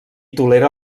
tolera